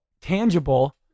tangible